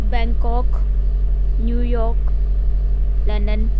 Bangkok New York London